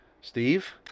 Steve